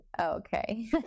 Okay